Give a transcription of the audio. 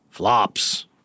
Flops